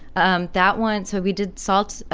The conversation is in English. um that one. so we did salt,